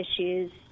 issues